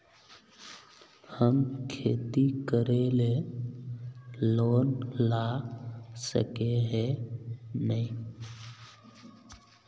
हम खेती करे ले लोन ला सके है नय?